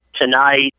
tonight